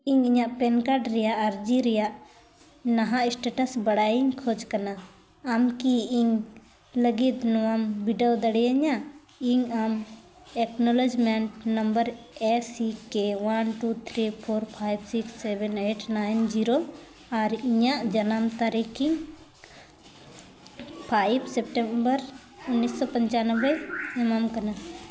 ᱤᱧ ᱤᱧᱟᱹᱜ PAN card ᱨᱮᱭᱟᱜ ᱟᱨᱡᱤ ᱨᱮᱭᱟᱜ ᱱᱟᱦᱟᱜ ᱥᱴᱮᱴᱟᱥ ᱵᱟᱲᱟᱭᱤᱧ ᱠᱷᱚᱡᱽ ᱠᱟᱱᱟ ᱟᱢ ᱠᱤ ᱤᱧ ᱞᱟᱹᱜᱤᱫ ᱱᱚᱣᱟᱢ ᱵᱤᱰᱟᱹᱣ ᱫᱟᱲᱮᱭᱤᱧᱟ ᱤᱧ ᱟᱢ acknowledgement number A C K one two three four five six seven eight nine zero ᱟᱨ ᱤᱧᱟᱹᱜ ᱡᱟᱱᱟᱢ ᱛᱟᱹᱨᱤᱠᱷᱤᱧ ᱯᱷᱟᱭᱤᱵᱷ ᱥᱮᱹᱯᱴᱮᱹᱢᱵᱚᱨ ᱩᱱᱤᱥᱥᱚ ᱯᱚᱪᱟᱱᱚᱵᱽᱵᱳᱭ ᱮᱢᱟᱢ ᱠᱟᱱᱟ